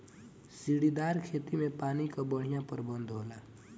सीढ़ीदार खेती में पानी कअ बढ़िया प्रबंध होला